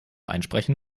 einsprechen